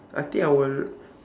I think I will